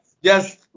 Yes